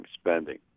spending